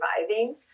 surviving